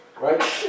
Right